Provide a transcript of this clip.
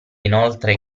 inoltre